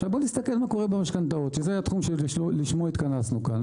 עכשיו בוא נסתכל מה קורה במשכנתאות שזה התחום שלשמו התכנסנו כאן.